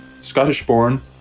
Scottish-born